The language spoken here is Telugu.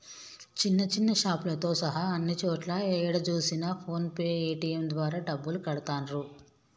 చిన్న చిన్న షాపులతో సహా అన్ని చోట్లా ఏడ చూసినా ఫోన్ పే పేటీఎం ద్వారా డబ్బులు కడతాండ్రు